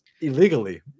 illegally